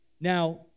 Now